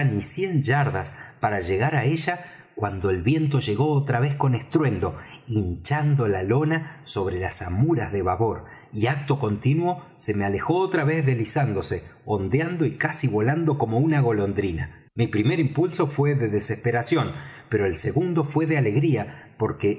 ni cien yardas para llegar á ella cuando el viento llegó otra vez con estruendo hinchando la lona sobre las amuras de babor y acto continuo se me alejó otra vez deslizándose ondeando y casi volando como una golondrina mi primer impulso fué de desesperación pero el segundo fué de alegría porque